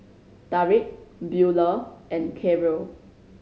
Tarik Beulah and Karyl